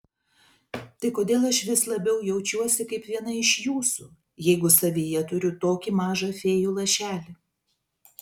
tai kodėl aš vis labiau jaučiuosi kaip viena iš jūsų jeigu savyje turiu tokį mažą fėjų lašelį